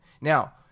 now